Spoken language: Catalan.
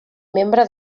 membre